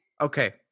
okay